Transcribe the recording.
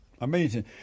Amazing